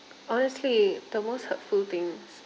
honestly the most hurtful things